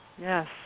Yes